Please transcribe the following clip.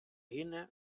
гине